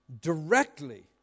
directly